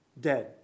dead